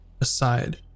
aside